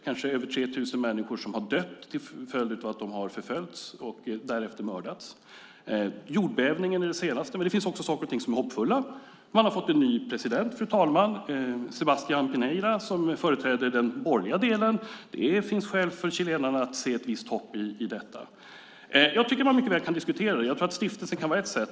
Kanske har över 3 000 människor dött - människor som har förföljts och som därefter mördats. Jordbävningen är det senaste exemplet. Men det finns också saker och ting som inger hopp. Man har, fru talman, fått en ny president, Sebastian Pin~era som företräder den borgerliga delen. Det finns skäl för chilenarna att se ett visst hopp i det. Jag tycker alltså att man mycket väl kan diskutera de här sakerna. Stiftelsen kan vara ett sätt.